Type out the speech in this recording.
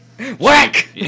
Whack